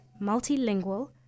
Multilingual